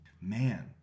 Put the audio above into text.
Man